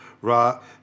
rock